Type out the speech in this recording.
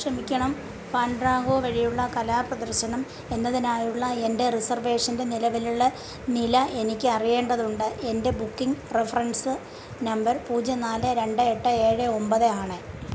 ക്ഷമിക്കണം ഫാൻഡ്രാങ്കോ വഴിയുള്ള കലാപ്രദർശനം എന്നതിനായുള്ള എൻ്റെ റിസർവേഷൻ്റെ നിലവിലുള്ള നില എനിക്ക് അറിയേണ്ടതുണ്ട് എൻ്റെ ബുക്കിംഗ് റെഫറൻസ് നമ്പർ പൂജ്യം നാല് രണ്ട് എട്ട് ഏഴ് ഒൻപത് ആണ്